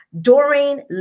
Doreen